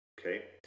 okay